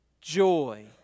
Joy